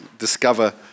discover